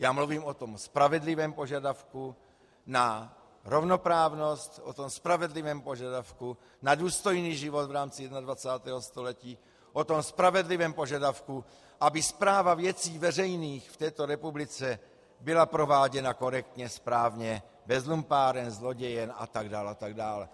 Já mluvím o tom spravedlivém požadavku na rovnoprávnost, o tom spravedlivém požadavku na důstojný život v rámci 21. století, o tom spravedlivém požadavku, aby správa věcí veřejných v této republice byla prováděna korektně, správně, bez lumpáren, zlodějen, a tak dál a tak dál.